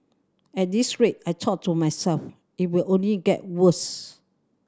at this rate I thought to myself it will only get worse